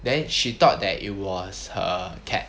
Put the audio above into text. then she thought that it was her cat